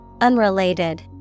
Unrelated